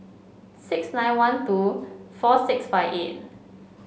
six nine one two four six five eight